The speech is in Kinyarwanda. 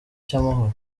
cy’amahoro